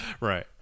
right